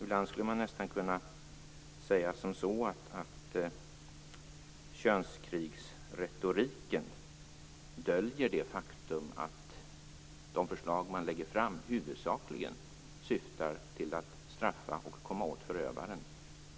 Ibland skulle man nästan kunna säga att könskrigsretoriken döljer det faktum att de förslag man lägger fram huvudsakligen syftar till att straffa och komma åt förövaren.